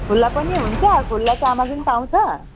खुल्ला पनि हुन्छ खुल्ला चामल पनि पाउँछ